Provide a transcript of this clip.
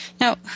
Now